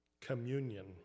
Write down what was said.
Communion